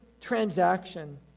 transaction